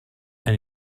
and